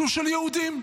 שהוא של יהודים.